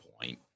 point